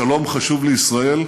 השלום חשוב לישראל,